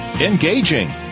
Engaging